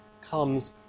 comes